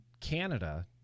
Canada